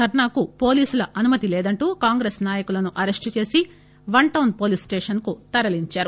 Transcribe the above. ధర్పాకు పోలీసుల అనుమతి లేదంటూ కాంగ్రెస్ నాయకులను అరెస్టుచేసి వన్ టాన్ పోలీస్ స్టేషన్ కు తరలించారు